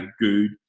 good